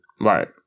right